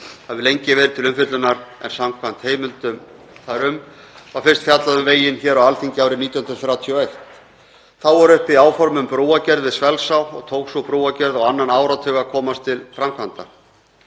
hafi lengi verið til umfjöllunar en samkvæmt heimildum þar um var fyrst fjallað um veginn hér á Alþingi árið 1931. Þá voru uppi áform um brúargerð við Svelgsá og tók sú brúargerð á annan áratug að komast til framkvæmda.